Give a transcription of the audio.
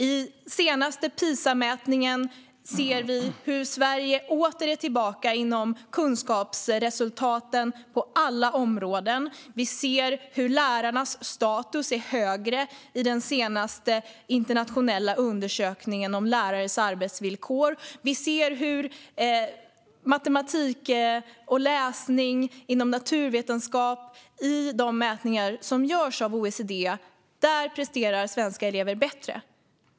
I senaste PISA-mätningen ser vi hur Sverige åter är tillbaka inom kunskapsresultaten på alla områden. Vi ser hur lärarnas status är högre i den senaste internationella undersökningen om lärares arbetsvillkor. Vi ser hur svenska elever är bättre i matematik och läsning, inom naturvetenskap, i de mätningar som görs av OECD.